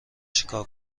چکار